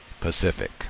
Pacific